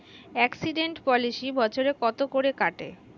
Accident policy বছরে কত করে কাটে?